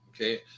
Okay